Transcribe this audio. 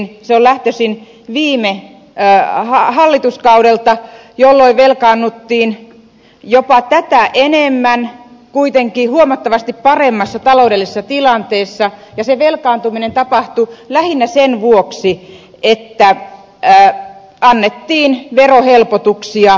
se on lähtöisin viime hallituskaudelta jolloin velkaannuttiin jopa tätä enemmän kuitenkin huomattavasti paremmassa taloudellisessa tilanteessa ja se velkaantuminen tapahtui lähinnä sen vuoksi että annettiin verohelpotuksia hyvätuloisille suomalaisille